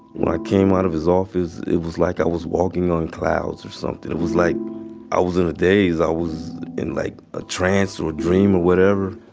when i came out of his office, it was like i was walking on clouds or something. it was like i was in a daze. i was in like a trance or dream or whatever.